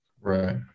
right